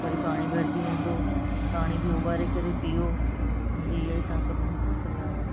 वरी पाणी भरिजी वेंदो पाणी बि ओॿारे करे पीओ मुंहिंजी इहा ई तव्हां सभिनिनि सां सलाह आहे